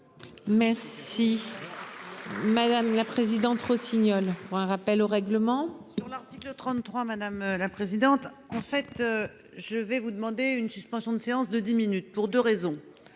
Merci. Madame là. Présidente Rossignol pour un rappel au règlement. Dans l'article 33. Madame la présidente. En fait je vais vous demander une suspension de séance de 10 minutes pour 2 raisons,